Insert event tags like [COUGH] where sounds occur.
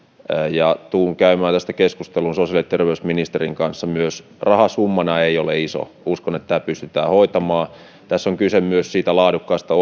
ja tulen käymään tästä keskustelun sosiaali ja terveysministerin kanssa myöskään rahasummana se ei ole iso uskon että tämä pystytään hoitamaan tässä on kyse myös siitä laadukkaasta [UNINTELLIGIBLE]